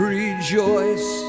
rejoice